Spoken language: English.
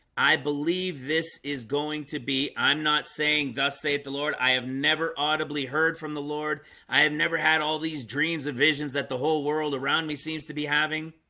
i believe this is going to be i'm not saying thus saith the lord. i have never audibly heard from the lord i have never had all these dreams of visions that the whole world around me seems to be having